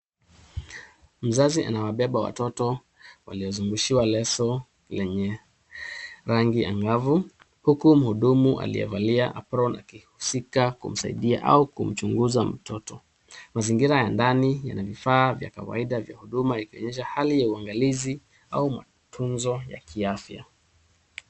Mzazi anawabeba watoto waliozungushiwa leso lenye rangi angavu. Huku muhudumu aliyevalia aproni akihusika kumsaidia au kumchunguza mtoto. Mazingira ya ndani yana vifaa vya kawaida vya huduma ikionyesha hali ya uangalizi au matunzo ya kiafya.